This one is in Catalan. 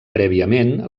prèviament